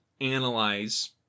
analyze